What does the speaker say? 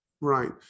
Right